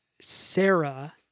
Sarah